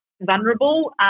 vulnerable